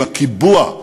עם הקיבוע,